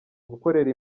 gukorera